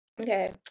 Okay